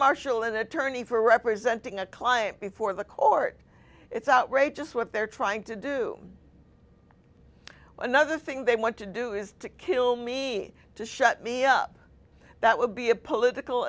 an attorney for representing a client before the court it's outrageous what they're trying to do another thing they want to do is to kill me to shut me up that would be a political